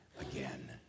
again